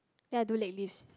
then I do leg lifts